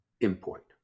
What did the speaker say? import